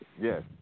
Yes